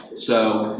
so,